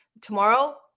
tomorrow